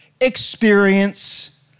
experience